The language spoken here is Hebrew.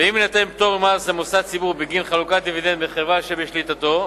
אם יינתן פטור ממס למוסד ציבור בגין חלוקת דיבידנד מחברה שבשליטתו,